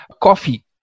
coffee